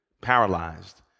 paralyzed